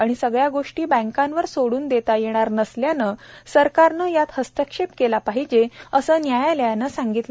आणि सगळ्या गोष्टी बँकांवर सोडून देता येणार नसल्यानं सरकारनं यात हस्तक्षेप केला पाहिजे असं न्यायालयानं सांगितलं